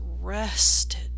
rested